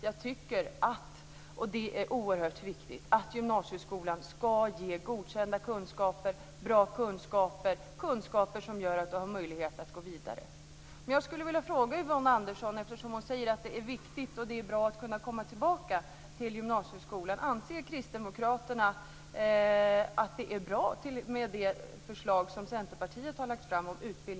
Jag tycker - och det är oerhört viktigt - att gymnasieskolan ska ge godkända kunskaper, bra kunskaper, kunskaper som gör att du har möjlighet att gå vidare. Eftersom Yvonne Andersson säger att det är viktigt och bra att kunna komma tillbaka till gymnasieskolan skulle jag vilja fråga henne: Anser kristdemokraterna att det förslag om utbildningsgaranti som Centerpartiet har lagt fram är bra?